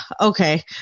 okay